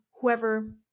whoever